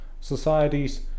societies